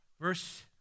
Verse